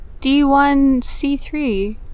D1C3